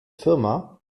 firma